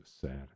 sad